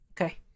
okay